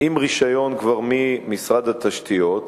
כבר עם רשיון ממשרד התשתיות,